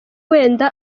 wenda